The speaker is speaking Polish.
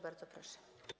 Bardzo proszę.